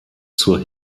zur